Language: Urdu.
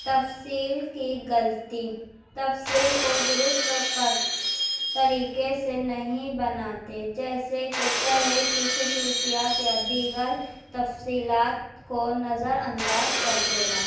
تفصیل کی غلطی تفصیل کو درست کر طریقے سے نہیں بناتے جیسے کہ چہرے کی خصوصیات یا دیگر تفصیلات کو نظر انداز کر دینا